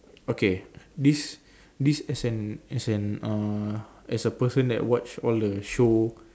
okay this this as an as an uh as a person that watch all the show